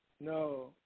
no